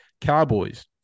Cowboys